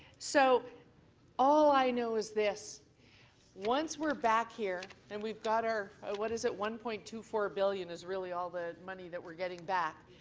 so all i know is this once we're back here and we've got our what is it one point two four billion is really all the money that we're getting back,